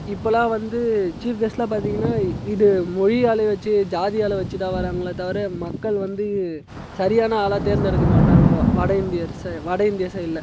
இப்போலாம் வந்து சீஃப் கெஸ்ட்டுலாம் பார்த்திங்கன்னா இது மொயாழில வச்சு ஜாதியால வச்சு தான் வராங்களே தவிர மக்கள் வந்து சரியான ஆளாக தேர்ந்தெடுக்க மாட்டேறாங்க வட இந்திய ச வட இந்தியா சைட்ல